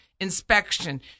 inspection